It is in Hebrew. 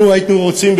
אנחנו היינו רוצים,